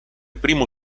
primo